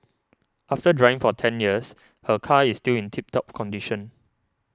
after driving for ten years her car is still in tip top condition